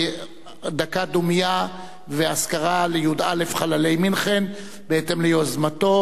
דקה דומייה ואזכרה לי"א חללי מינכן בהתאם ליוזמתו,